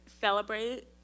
celebrate